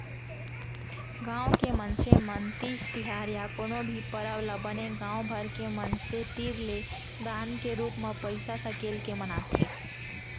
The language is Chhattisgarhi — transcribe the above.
गाँव के मनसे मन तीज तिहार या कोनो भी परब ल बने गाँव भर के मनसे तीर ले दान के रूप म पइसा सकेल के मनाथे